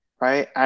right